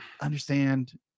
understand